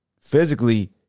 physically